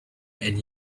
and